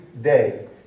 day